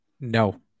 No